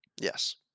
Yes